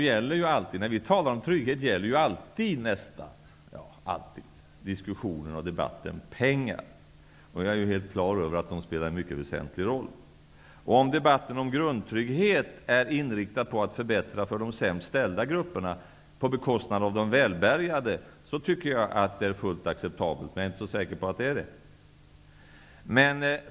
Nästan alltid gäller då diskussionen pengar. Jag är helt på det klara med att de spelar en väsentlig roll. Om debatten om grundtryggheten är inriktad på att förbättra för de sämst ställda grupperna på bekostnad av de välbärgade, finner jag det fullt acceptabelt, men jag är inte så säker på att det är så.